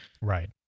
right